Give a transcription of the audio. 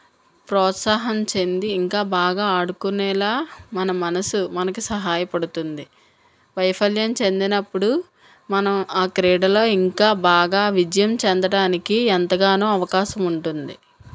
ప్రోత్సాహం చెంది ఇంకా బాగా ఆడుకునేలా మన మనసు మనకి సహాయపడుతుంది వైఫల్యం చెందినప్పుడు మనం ఆ క్రీడలో ఇంకా బాగా విజయం చెందడానికి ఎంతగానో అవకాశం ఉంటుంది